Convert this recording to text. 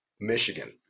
Michigan